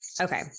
okay